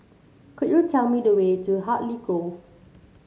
could you tell me the way to Hartley Grove